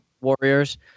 warriors